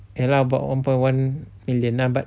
ya lah about one point one million lah but